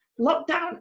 lockdown